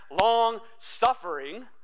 long-suffering